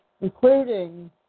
including